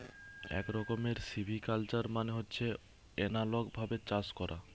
এক রকমের সিভিকালচার মানে হচ্ছে এনালগ ভাবে চাষ করা